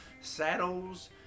saddles